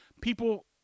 people